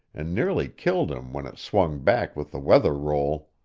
and nearly killed him when it swung back with the weather roll.